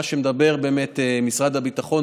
מה שמדבר באמת משרד הביטחון,